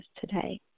today